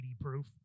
proof